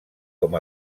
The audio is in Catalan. com